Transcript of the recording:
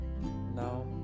Now